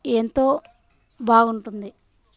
ఎంతో బాగుంటుంది